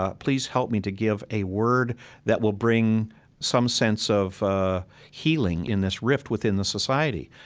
ah please help me to give a word that will bring some sense of ah healing in this rift within the society.